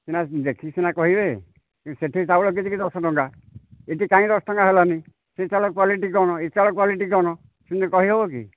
ସିନା ଦେଖିକି ସିନା କହିବେ ସେଠି ଚାଉଳ କିଛି କିଛି ଦଶ ଟଙ୍କା ଏଇଠି କାହିଁକି ଦଶ ଟଙ୍କା ହେଲାନି ସେଇ ଚାଉଳର କ୍ଵାଲିଟି କ'ଣ ଏଇ ଚାଉଳର କ୍ଵାଲିଟି କ'ଣ ସେମିତି କହି ହେବକି